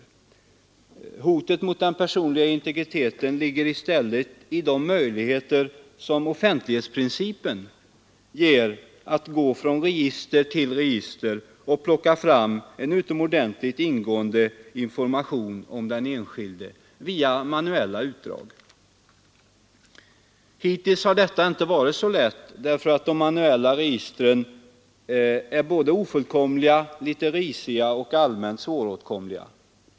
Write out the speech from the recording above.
Hotet mot den personliga integriteten ligger i stället i de möjligheter som offentlighetsprincipen ger att gå från register till register och plocka fram en utomordentligt ingående information om den enskilde via manuella utdrag. Hittills har detta inte varit så lätt, eftersom de manuella registren är ofullkomliga, litet risiga och allmänt svåråtkomliga.